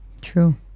True